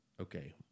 okay